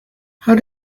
how